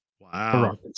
Wow